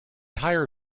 higher